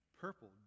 purple